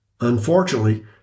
Unfortunately